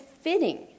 fitting